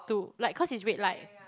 to like cause it's red light